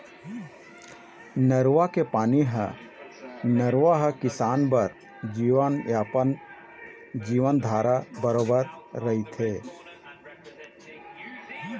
नरूवा के पानी ह नरूवा ह किसान बर जीवनयापन, जीवनधारा बरोबर रहिथे